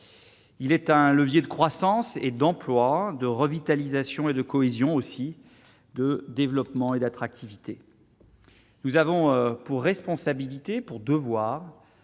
il est un levier de croissance et d'emploi de revitalisation et de cohésion, aussi, de développement et d'attractivité, nous avons pour responsabilité pour devoir